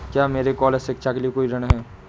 क्या मेरे कॉलेज शिक्षा के लिए कोई ऋण है?